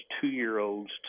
two-year-olds